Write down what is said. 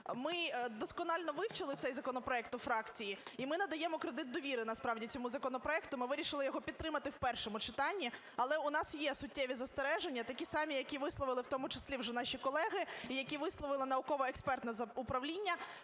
Ми досконало вивчили цей законопроект у фракції і ми надаємо кредит довіри насправді цьому законопроекту, ми вирішили його підтримати в першому читанні. Але у нас є суттєві застереження такі самі, які висловили в тому числі вже наші колеги і які висловило науково-експертне управління